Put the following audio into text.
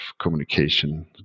communication